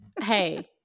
Hey